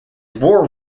war